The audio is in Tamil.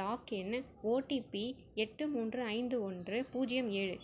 லாக்இன் ஓடிபி எட்டு மூன்று ஐந்து ஓன்று பூஜ்ஜியம் ஏழு